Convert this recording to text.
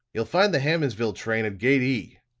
you'll find the hammondsville train at gate e,